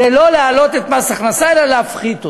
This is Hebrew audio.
לא להעלות את מס הכנסה אלא להפחית אותו?